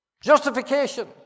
Justification